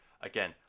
again